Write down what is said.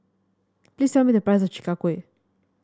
please tell me the price of Chi Kak Kuih